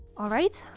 alright,